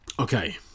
Okay